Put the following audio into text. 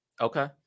Okay